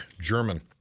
German